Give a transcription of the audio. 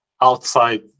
outside